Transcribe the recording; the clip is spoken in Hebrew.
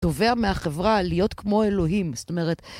דובר מהחברה להיות כמו אלוהים, זאת אומרת...